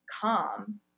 calm